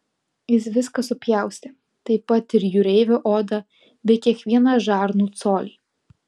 jis viską supjaustė taip pat ir jūreivio odą bei kiekvieną žarnų colį